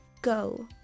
Go